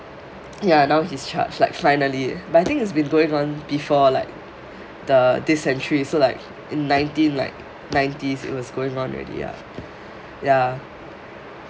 ya now he is charged like finally but I think is been going on before like the this century so like in nineteen like nineties it was going on already ya ya